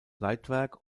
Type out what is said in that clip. leitwerk